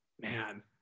Man